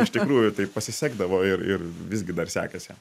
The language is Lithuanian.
iš tikrųjų taip pasisekdavo ir ir visgi dar sekasi